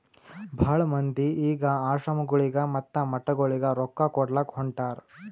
ಭಾಳ ಮಂದಿ ಈಗ್ ಆಶ್ರಮಗೊಳಿಗ ಮತ್ತ ಮಠಗೊಳಿಗ ರೊಕ್ಕಾ ಕೊಡ್ಲಾಕ್ ಹೊಂಟಾರ್